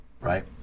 right